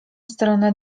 stronę